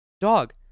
Dog